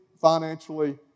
financially